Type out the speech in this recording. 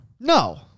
No